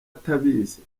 atabizi